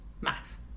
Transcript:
Max